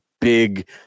big